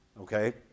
Okay